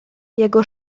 jego